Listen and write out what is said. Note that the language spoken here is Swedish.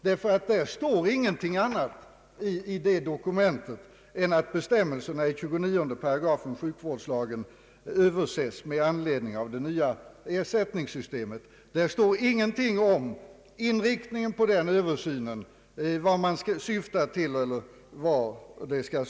I det dokumentet står ingenting annat än att bestämmelserna i 29 § skall överses med anledning av det nya ersättningssystemet. Där står ingenting om inriktningen av översynen — eller syftet med den.